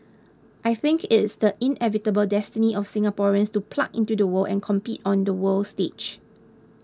I think it's the inevitable destiny of Singaporeans to plug into the world and compete on the world stage